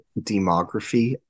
demography